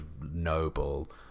Noble